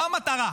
מה המטרה,